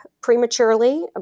prematurely